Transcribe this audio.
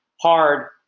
hard